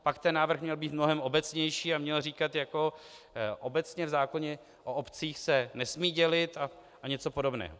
Pak ten návrh měl být mnohem obecnější a měl říkat jako obecně v zákoně o obcích, že se nesmí dělit a něco podobného.